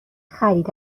خرید